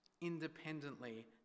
independently